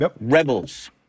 rebels